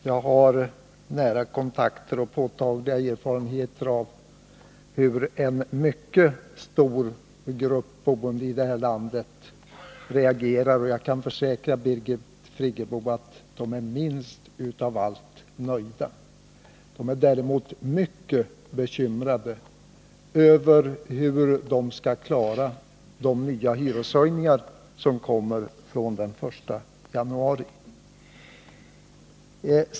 Jag har nära kontakter med och påtagliga erfarenheter av hur en mycket stor grupp boende i det här landet reagerar, och jag kan försäkra Birgit Friggebo att de är minst av allt nöjda. De är däremot mycket bekymrade över hur de skall klara de nya hyreshöjningar som kommer den 1 januari.